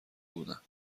بودن